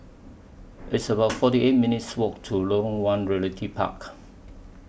It's about forty eight minutes' Walk to Lorong one Realty Park